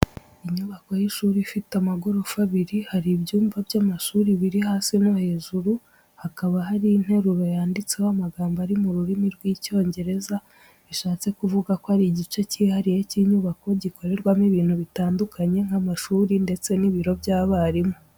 Inyubako y’ishuri ifite amagorofa abiri hari ibyumba by’amashuri biri hasi no hejuru, hakaba hari interuro yanditseho amagambo ari mu rurimi rw'Icyongereza bishatse kuvuga ko ari igice cyihariye cy’inyubako gikorerwamo ibintu bitandukanye nk'amashuri ndetse n'ibiro by’abarimu.